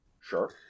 Sure